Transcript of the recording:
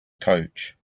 coach